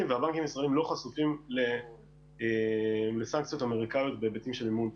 והבנקים הישראלים לא חשופים לסנקציות אמריקאיות בהיבטים של מימון טרור.